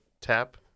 tap